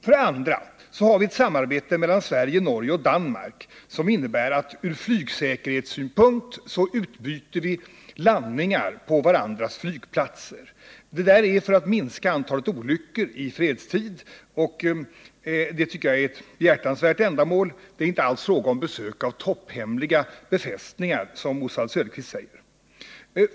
För det andra har vi ett samarbete med Norge och Danmark som innebär att vi från flygsäkerhetssynpunkt utbyter landningar på varandras flygplatser. Det gör vi för att minska antalet olyckor i fredstid, och det tycker jag är ett behjärtansvärt ändamål. Det är alltså inte alls fråga om besök på topphemliga befästningar, som Oswald Söderqvist säger.